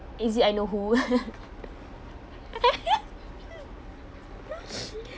is it I know who